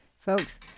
Folks